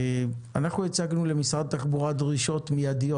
אנחנו הצגנו למשרד התחבורה דרישות מידיות,